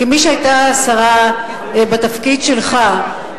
כמי שהיתה שרה בתפקיד שלך,